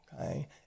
Okay